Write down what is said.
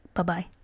Bye-bye